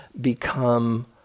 become